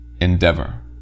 endeavor